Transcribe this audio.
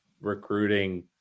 recruiting